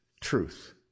truth